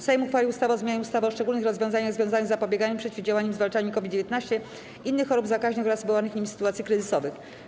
Sejm uchwalił ustawę o zmianie ustawy o szczególnych rozwiązaniach związanych z zapobieganiem, przeciwdziałaniem i zwalczaniem COVID-19, innych chorób zakaźnych oraz wywołanych nimi sytuacji kryzysowych.